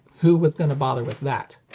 who was gonna bother with that?